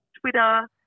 Twitter